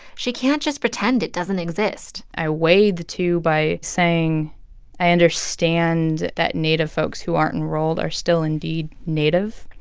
she can't just pretend it doesn't exist i weigh the two by saying i understand that native folks who aren't enrolled are still indeed native.